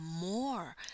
more